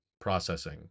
processing